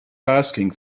asking